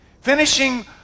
Finishing